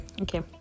Okay